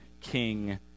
king